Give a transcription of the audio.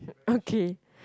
okay